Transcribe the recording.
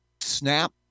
Snap